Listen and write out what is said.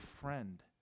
friend